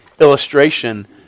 illustration